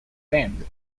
bend